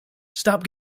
stop